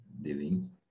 living